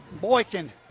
boykin